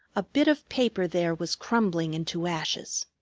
a bit of paper there was crumbling into ashes.